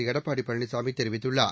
எடப்பாடி பழனிசாமி தெரிவித்துள்ளார்